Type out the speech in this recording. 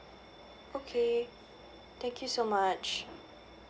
okay thank you so much